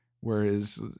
Whereas